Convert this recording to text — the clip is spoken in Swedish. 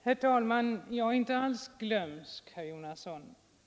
Herr talman! Jag är inte alls glömsk, herr Jonasson.